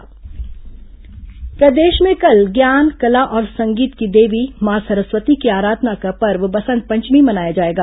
बसंत पंचमी प्रदेश में कल ज्ञान कला और संगीत की देवी मां सरस्वती की आराधना का पर्व बसंत पंचमी मनाया जाएगा